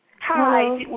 Hi